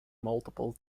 multiple